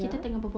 ya